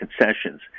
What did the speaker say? concessions